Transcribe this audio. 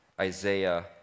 Isaiah